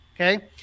okay